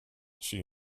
she